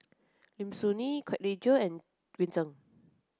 Lim Soo Ngee Kwek Leng Joo and Green Zeng